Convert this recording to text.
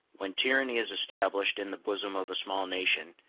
when tyranny is established in the bosom of a small nation,